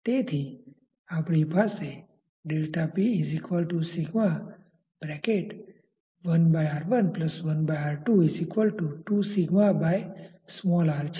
તેથી આપણી પાસે છે